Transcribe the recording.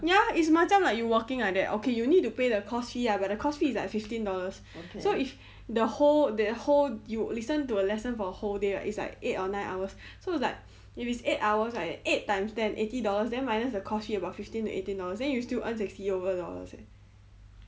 ya it's macam like you working like that okay you need to pay the course fee lah but the course fee is like fifteen dollars so if the whole that whole you listen to a lesson for a whole day lah it's like eight or nine hours so is like if it's eight hours I eight times ten eighty dollars then minus the cost fee about fifteen to eighteen dollars then you will still earn sixty over dollars eh